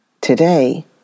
Today